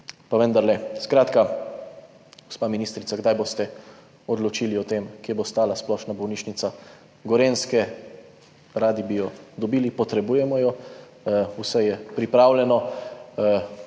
pa vendarle. Skratka, gospa ministrica, zanima me: Kdaj boste odločili o tem, kje bo stala splošna bolnišnica Gorenjske? Radi bi jo dobili, potrebujemo jo, vse je pripravljeno.